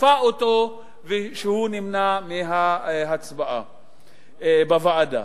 שאפפה אותו, ושהוא נמנע מההצבעה בוועדה.